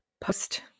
post